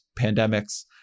pandemics